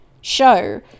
show